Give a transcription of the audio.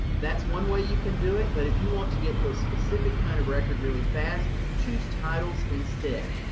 that's one way you can do it, but if you want to get to a specific kind of record really fast, choose titles instead.